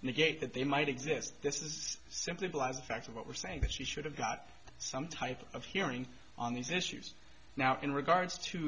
negate that they might exist this is simply because the facts of what we're saying that she should have got some type of hearing on these issues now in regards to